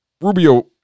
Rubio